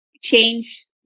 change